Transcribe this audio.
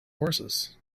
horses